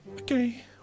Okay